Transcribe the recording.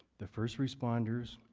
the first responders,